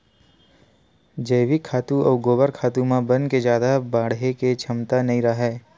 जइविक खातू अउ गोबर खातू म बन के जादा बाड़हे के छमता नइ राहय